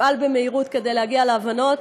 יפעל במהירות כדי להגיע להבנות,